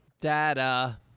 Data